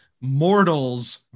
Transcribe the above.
mortals